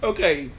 Okay